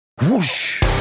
Whoosh